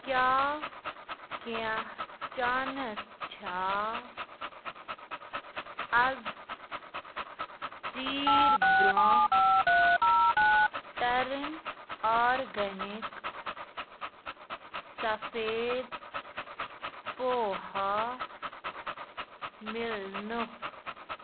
کیٛاہ کیٚنہہ چانٕس چھےٚ آز ژیٖرۍ برٛونٛہہ ٹَرٕن آرگَنِک سفید پوہا مِلنُکھ